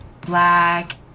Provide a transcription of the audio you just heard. Black